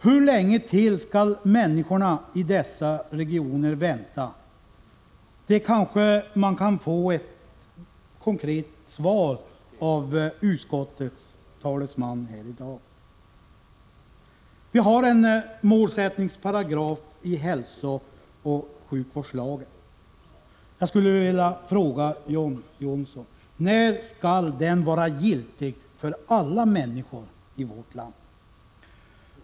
Hur länge till skall människorna i dessa regioner vänta? Kanske kan vi få ett konkret svar av utskottets talesman här i dag. Vi har en målsättningsparagraf i hälsooch sjukvårdslagen. Jag skulle vilja fråga John Johnsson: När skall den vara giltig för alla människor i vårt land?